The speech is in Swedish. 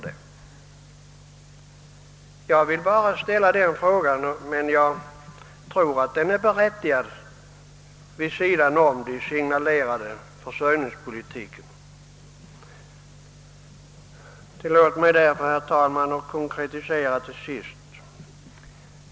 Jag vill bara ställa den frågan, men jag tror den är berättigad med hänsyn till den signalerade försörjningspolitiken. Tillåt mig därför, herr talman, att till sist konkretisera.